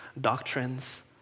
doctrines